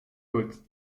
goed